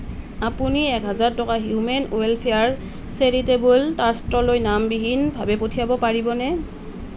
আপুনি এক হেজাৰ টকা হিউমেন ৱেলফেয়াৰ চেৰিটেবল ট্ৰাষ্টলৈ নামবিহীনভাৱে পঠিয়াব পাৰিবনে